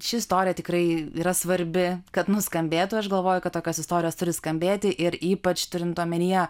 ši istorija tikrai yra svarbi kad nuskambėtų aš galvoju kad tokios istorijos turi skambėti ir ypač turint omenyje